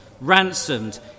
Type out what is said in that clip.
ransomed